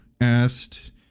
asked